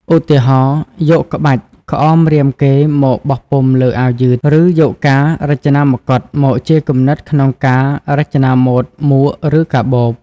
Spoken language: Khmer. ឧទាហរណ៍ យកក្បាច់ក្អមរាមកេរ្តិ៍មកបោះពុម្ពលើអាវយឺត ឬយកការរចនាមកុដមកជាគំនិតក្នុងការរចនាម៉ូដមួកឬកាបូប។